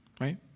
right